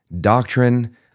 doctrine